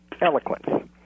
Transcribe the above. eloquence